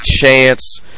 chance